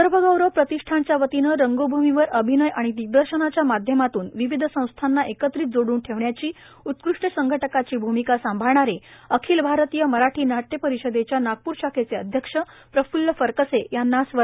विदर्भ गौरव प्रतिष्ठानच्या वतीनं रंगभूमीवर अभिनय आणि दिग्दर्शनाच्या माध्यमातून विविध संस्थांना एकत्रित जोडून ठेवण्याची उत्कृष्ट संघटकाची भूमिका सांभाळणारे अखिल भारतीय मराठी नाट्य परिषदेच्या नागपूर शाखेचे अध्यक्ष प्रफूल्ल फरकसे यांना स्व